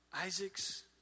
Isaac's